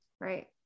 right